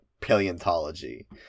paleontology